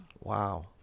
Wow